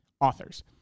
authors